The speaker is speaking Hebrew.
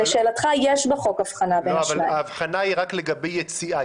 ההבחנה היא רק לגבי יציאה.